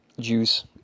juice